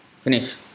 Finish